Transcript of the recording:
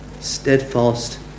steadfast